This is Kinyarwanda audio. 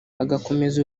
agakomeza